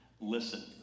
Listen